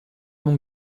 mon